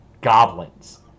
goblins